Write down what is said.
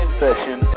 session